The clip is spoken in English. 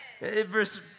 Verse